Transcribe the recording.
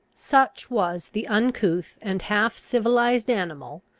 such was the uncouth and half-civilised animal,